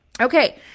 Okay